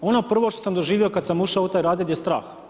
Ono prvo što sam doživio kada sam ušao u taj razred je strah.